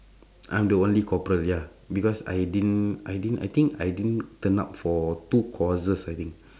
I'm the only corporal ya because I didn't I didn't I think I didn't turn up for two courses I think